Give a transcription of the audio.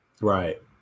Right